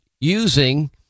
using